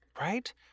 Right